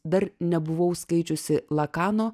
dar nebuvau skaičiusi lakano